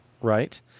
Right